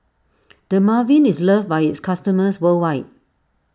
Dermaveen is loved by its customers worldwide